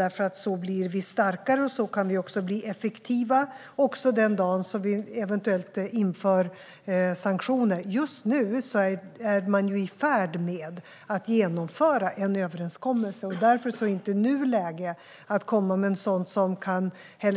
På det sättet blir vi starkare och effektiva, också den dagen vi eventuellt ska införa sanktioner. Just nu är man i färd med att genomföra en överenskommelse. Därför är det inte läge att komma med något som kan